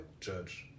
judge